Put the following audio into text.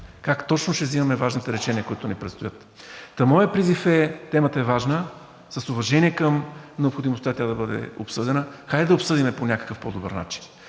как точно ще взимаме важните решения, които ни предстоят. Та моят призив е: темата е важна, с уважение към необходимостта тя да бъде обсъдена. Хайде да я обсъдим по някакъв по-добър начин,